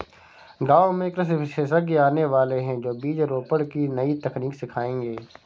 गांव में कृषि विशेषज्ञ आने वाले है, जो बीज रोपण की नई तकनीक सिखाएंगे